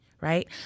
Right